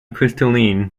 crystalline